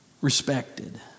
respected